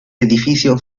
edificio